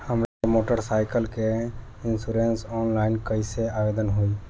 हमार motorcycle के insurance online कईसे आवेदन होई?